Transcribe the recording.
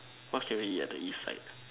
what can we eat at the east side